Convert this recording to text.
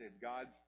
God's